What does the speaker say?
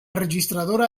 registradora